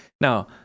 Now